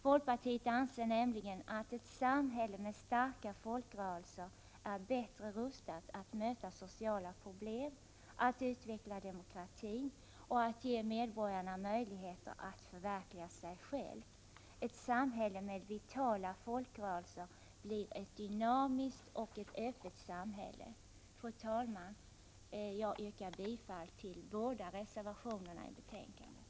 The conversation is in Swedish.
Folkpartiet anser nämligen att ett samhälle med starka folkrörelser är bättre rustat att möta sociala problem, att utveckla demokratin och att ge medborgarna möjligheter att förverkliga sig själva. Ett samhälle med vitala folkrörelser blir ett dynamiskt och öppet samhälle. Fru talman! Jag yrkar bifall till båda reservationerna i betänkandet.